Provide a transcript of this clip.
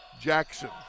Jackson